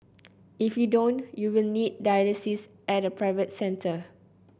if you don't you will need dialysis at a private centre